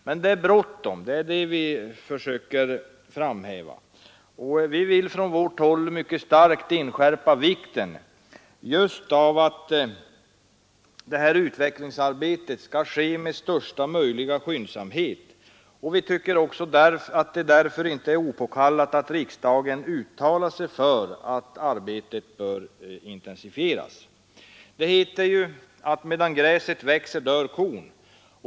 Men det är bråttom, och det är det vi försöker framhäva. Vi vill från vårt håll mycket starkt inskärpa vikten av att detta utvecklingsarbete sker med största möjliga skyndsamhet. Vi tycker att det därför inte är opåkallat att riksdagen också uttalar sig för att arbetet bör intensifieras. Det heter ju: Medan gräset växer dör kon.